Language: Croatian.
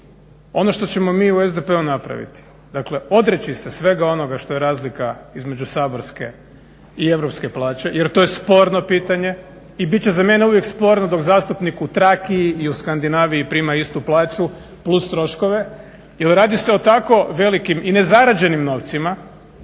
ono što ćemo mi u SDP-u napraviti, dakle odreći se svega onoga što je razlika između saborske i europske plaće jer to je sporno pitanje. I bit će za mene uvijek sporno dok zastupnik u Traki i u Skandinaviji prima istu plaću plus troškove jer radi se o tako velikim i nezarađenim novcima